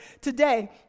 today